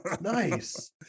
Nice